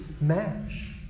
match